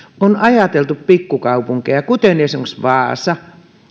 on ajateltu pikkukaupunkeja kuten esimerkiksi vaasaa